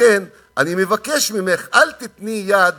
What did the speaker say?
לכן אני מבקש ממך: אל תיתני יד